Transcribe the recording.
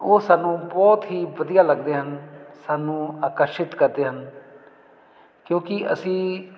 ਉਹ ਸਾਨੂੰ ਬਹੁਤ ਹੀ ਵਧੀਆ ਲੱਗਦੇ ਹਨ ਸਾਨੂੰ ਆਕਰਸ਼ਿਤ ਕਰਦੇ ਹਨ ਕਿਉਂਕਿ ਅਸੀਂ